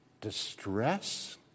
distress